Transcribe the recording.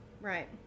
Right